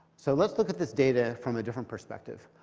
so let's look at this data from a different perspective.